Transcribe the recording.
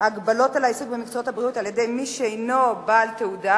הגבלות על העיסוק במקצועות הבריאות על-ידי מי שאינו בעל תעודה,